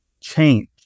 change